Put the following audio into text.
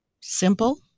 Simple